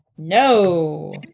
No